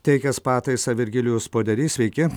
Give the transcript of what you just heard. teikęs pataisą virgilijus poderys sveiki